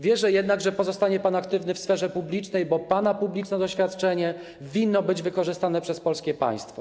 Wierzę jednak, że pozostanie pan aktywny w sferze publicznej, bo pana publiczne doświadczenie winno być wykorzystane przez polskie państwo.